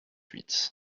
huit